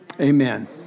Amen